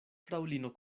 fraŭlino